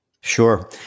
Sure